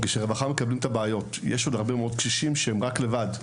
כי בסוף יש הרבה מאוד קשישים שהם לבד,